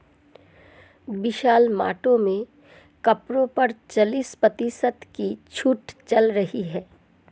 विशाल mart में कपड़ों पर चालीस प्रतिशत की छूट चल रही है